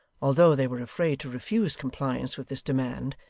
although they were afraid to refuse compliance with this demand,